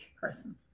person